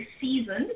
seasoned